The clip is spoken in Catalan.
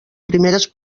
primeres